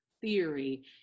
theory